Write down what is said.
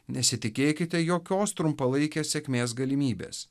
nesitikėkite jokios trumpalaikės sėkmės galimybės